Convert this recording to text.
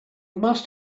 must